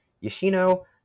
Yoshino